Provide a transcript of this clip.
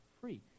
free